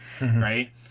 right